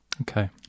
okay